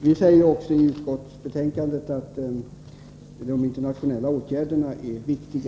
Vi säger också i utskottsbetänkandet att de internationella åtgärderna är viktiga.